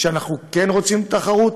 ואנחנו כן רוצים תחרות,